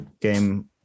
game